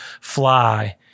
fly